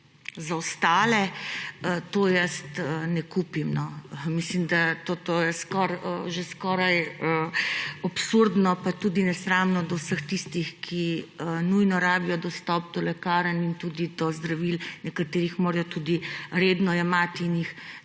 zaostale. Tega jaz ne kupim, mislim, da je to skoraj že absurdno pa tudi nesramno do vseh tistih, ki nujno rabijo dostop do lekarn in tudi do zdravil, nekateri jih morajo tudi redno jemati in jih